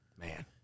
Man